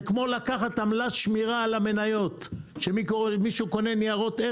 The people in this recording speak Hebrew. זה כמו לקחת עמלת שמירה על המניות,